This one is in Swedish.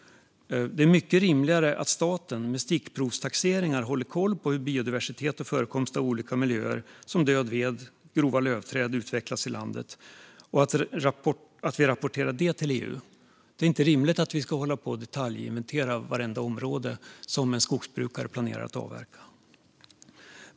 Det är mycket rimligare att staten med stickprovstaxeringar håller koll på hur biodiversitet och förekomst av olika miljöer såsom död ved och grova lövträd utvecklas i landet och rapporterar det till EU. Det är inte rimligt att vi ska hålla på och detaljinventera vartenda område som en skogsbrukare planerar att avverka.